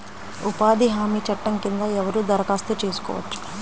ఉపాధి హామీ చట్టం కింద ఎవరు దరఖాస్తు చేసుకోవచ్చు?